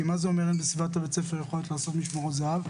כי מה זה אומר שאין בסביבת בית הספר יכולת לעשות משמרות זה"ב?